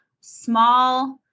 small